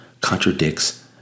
contradicts